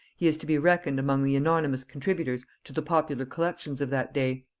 he is to be reckoned among the anonymous contributors to the popular collections of that day.